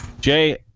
jay